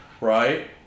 right